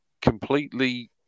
completely